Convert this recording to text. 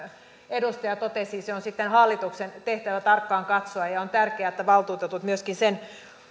edustaja totesi se on sitten hallituksen tehtävä tarkkaan katsoa ja on tärkeää että valtuutetut myöskin sen